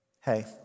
Hey